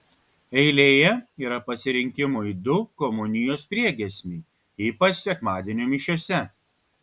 eilėje yra pasirinkimui du komunijos priegiesmiai ypač sekmadienio mišiose